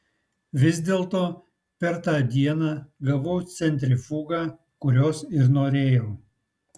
vis dėlto per tą dieną gavau centrifugą kurios ir norėjau